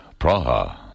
Praha